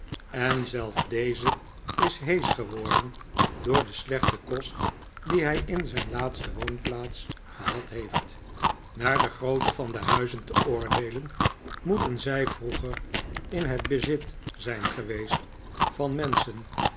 en zelfs deze is heesch geworden door den slechten kost dien hij in zijn laatste woonplaats gehad heeft naar de grootte van de huizen te oordeenewman noggs en zijn buurman len moeten zij vroeger in het bezit zijn geweest van menschen